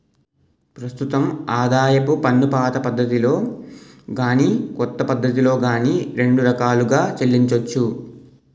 ప్రస్తుతం ఆదాయపు పన్నుపాత పద్ధతిలో గాని కొత్త పద్ధతిలో గాని రెండు రకాలుగా చెల్లించొచ్చు